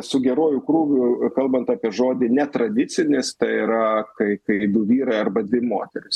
su geruoju krūvių kalbant apie žodį netradicinis tai yra kai kai du vyrai arba dvi moterys